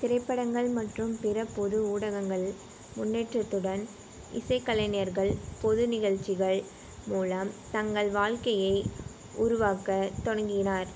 திரைப்படங்கள் மற்றும் பிற பொது ஊடகங்கள் முன்னேற்றத்துடன் இசைக்கலைஞர்கள் பொது நிகழ்ச்சிகள் மூலம் தங்கள் வாழ்க்கையை உருவாக்கத் தொடங்கினார்